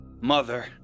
Mother